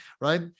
right